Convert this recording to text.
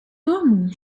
тому